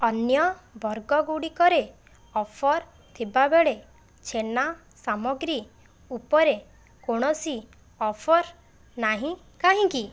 ଅନ୍ୟ ବର୍ଗ ଗୁଡ଼ିକରେ ଅଫର ଥିବାବେଳେ ଛେନା ସାମଗ୍ରୀ ଉପରେ କୌଣସି ଅଫର ନାହିଁ କାହିଁକି